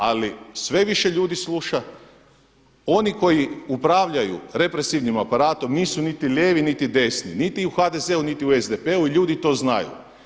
Ali sve više ljudi sluša, oni koji upravljaju represivnim aparatom nisu niti lijevi niti desni, niti u HDZ-u niti u SDP-u ljudi to znaju.